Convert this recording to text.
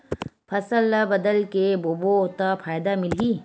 फसल ल बदल के बोबो त फ़ायदा मिलही?